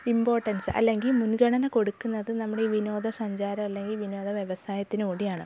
importance അല്ലെങ്കിൽ മുൻഗണന കൊടുക്കുന്നത് നമ്മളീ വിനോദസഞ്ചാരം അല്ലെങ്കിൽ വിനോദ വ്യവസായത്തിന് കൂടിയാണ്